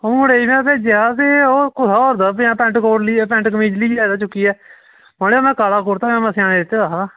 कुसै होर दा भेजेआ हा ते कुसै होर दा पैंट कोट लेई आये चुक्कियै बने दा में काला कुरता पाजामा सेआनै गी दित्ते दा हा